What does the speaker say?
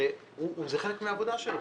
הרי זה חלק מהעבודה שלהם.